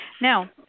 Now